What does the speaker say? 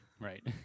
Right